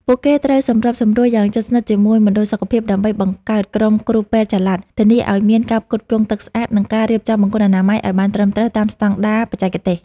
ពួកគេត្រូវសម្របសម្រួលយ៉ាងជិតស្និទ្ធជាមួយមណ្ឌលសុខភាពដើម្បីបង្កើតក្រុមគ្រូពេទ្យចល័ត ធានាឱ្យមានការផ្គត់ផ្គង់ទឹកស្អាត និងការរៀបចំបង្គន់អនាម័យឱ្យបានត្រឹមត្រូវតាមស្តង់ដារបច្ចេកទេស។